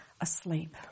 asleep